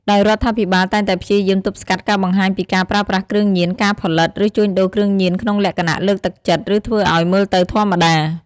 ដោយរដ្ឋាភិបាលតែងតែព្យាយាមទប់ស្កាត់ការបង្ហាញពីការប្រើប្រាស់គ្រឿងញៀន ការផលិត ឬជួញដូរគ្រឿងញៀនក្នុងលក្ខណៈលើកទឹកចិត្ត ឬធ្វើឲ្យមើលទៅធម្មតា។